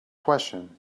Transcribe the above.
question